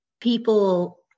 People